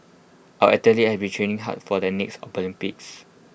our athletes have been training hard for the next Olympics